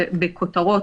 בכותרות,